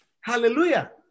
Hallelujah